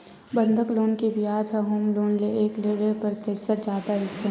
बंधक लोन के बियाज ह होम लोन ले एक ले डेढ़ परतिसत जादा रहिथे